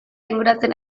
inguratzen